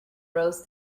rows